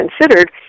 considered